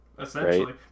Essentially